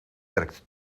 werkt